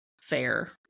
fair